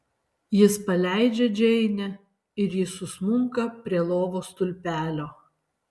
jis paleidžia džeinę ir ji susmunka prie lovos stulpelio